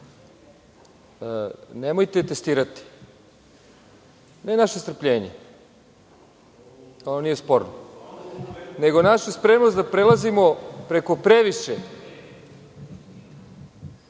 Nemojte testirati, ne naše strpljenje, ono nije sporno, nego našu spremnost da prelazimo preko previše